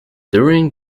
during